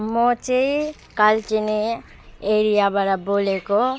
म चाहिँ कालचिनी एरियाबाट बोलेको